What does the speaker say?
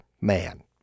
Man